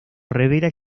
revela